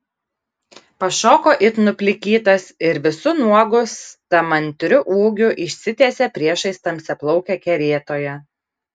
pašoko it nuplikytas ir visu nuogu stamantriu ūgiu išsitiesė priešais tamsiaplaukę kerėtoją